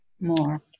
more